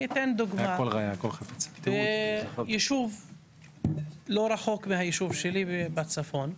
אתן דוגמה: בישוב לא רחוק מהישוב שלי בצפון,